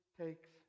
takes